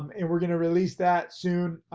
um and we're gonna release that soon.